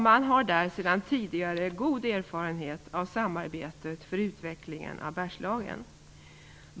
Man har där sedan tidigare god erfarenhet av samarbete för utvecklingen av Bergslagen.